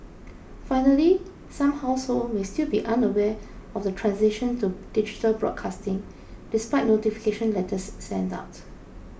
finally some households may still be unaware of the transition to digital broadcasting despite notification letters sent out